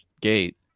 gate